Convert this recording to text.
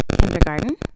Kindergarten